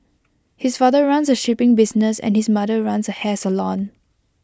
his father runs A shipping business and his mother runs A hair salon